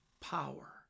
power